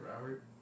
Robert